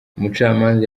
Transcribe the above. umucamanza